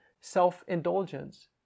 self-indulgence